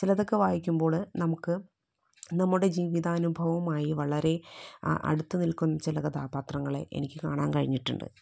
ചിലതൊക്കെ വായിക്കുമ്പോള് നമുക്ക് നമ്മുടെ ജീവിതാനുഭവുമായി വളരെ അ അടുത്തുനിൽക്കുന്ന ചില കഥാപാത്രങ്ങളെ എനിക്ക് കാണാൻ കഴിഞ്ഞിട്ടുണ്ട്